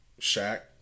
Shaq